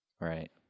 Right